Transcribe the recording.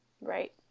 Right